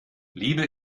liebe